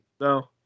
No